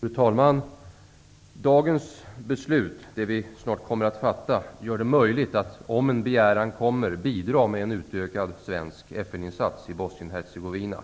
Fru talman! Det beslut som vi snart kommer att fatta gör det möjligt att, om en begäran kommer, bidra med en utökad svensk FN-insats i Bosnien Hercegovina.